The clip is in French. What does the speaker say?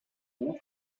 grand